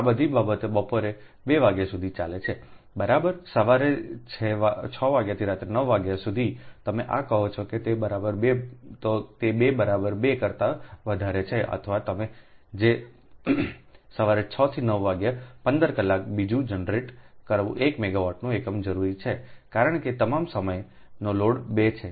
આ બધી બાબતો બપોરે 2 વાગ્યા સુધી ચાલે છે બરાબર સવારે 6 વાગ્યાથી રાત્રે 9 વાગ્યા સુધી તમે આ કહો છો કે તે 2 બરાબર 2 કરતા વધારે છે અથવા તમે જે સવારે 6 થી 9 વાગ્યે 15 કલાક બીજું જનરેટ કરવું 1 મેગાવાટનું એકમ જરૂરી છે કારણ કે તમામ સમયનો લોડ 2 છે